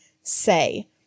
Say